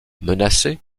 menacé